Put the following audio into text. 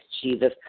Jesus